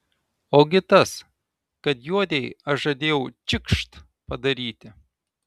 ogi tas kad juodei aš žadėjau čikšt padaryti